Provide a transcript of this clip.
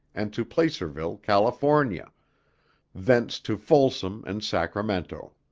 and to placerville, california thence to folsom and sacramento.